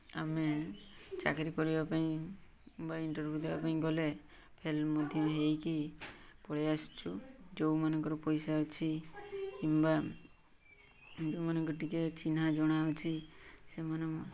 ଆମେ ଚାକିରି କରିବା ପାଇଁ ବା ଇଣ୍ଟର୍ଭ୍ୟୁ ଦେବା ପାଇଁ ଗଲେ ଫେଲ୍ ମଧ୍ୟ ହେଇକି ପଳେଇ ଆସୁଛୁ ଯେଉଁମାନଙ୍କର ପଇସା ଅଛି କିମ୍ବା ଯେଉଁମାନଙ୍କର ଟିକେ ଚିହ୍ନା ଜଣା ଅଛି ସେମାନେ